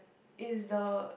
is the